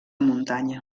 muntanya